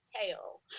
tail